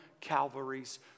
Calvary's